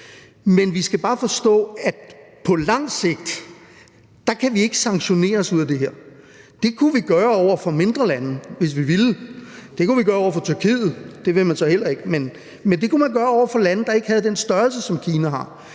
Men vi skal bare forstå, at vi på lang sigt ikke kan sanktionere os ud af det her. Det kunne vi gøre over for mindre lande, hvis vi ville. Det kunne vi gøre over for Tyrkiet – det vil man så heller ikke – men det kunne man gøre over for lande, der ikke havde den størrelse, som Kina har.